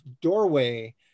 doorway